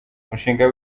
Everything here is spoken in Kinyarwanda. umushinga